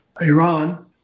Iran